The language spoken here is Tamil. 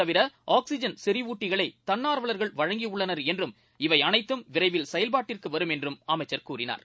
தவிர ஆக்ஸிறன் இது செறிவூட்டிகளைதன்னார்வலர்கள் வழங்கியுள்ளனர் விரைவில் என்றும் இலவ அனைத்தம் செயல்பாட்டிற்குவரும் என்றும் அமைச்சர் கூறினார்